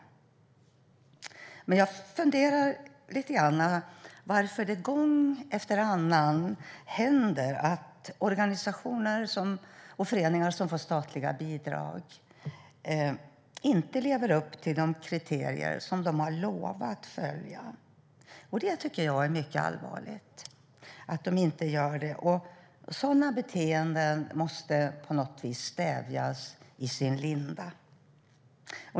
Men jag funderar lite grann på varför det gång efter annan händer att organisationer och föreningar som får statliga bidrag inte lever upp till de kriterier som de har lovat att följa. Jag tycker att det är mycket allvarligt att de inte gör det. Sådana beteenden måste på något vis stävjas i sin linda.